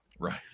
Right